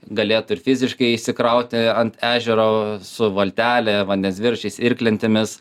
galėtų ir fiziškai išsikrauti ant ežero su valtele vandens dviračiais irklentėmis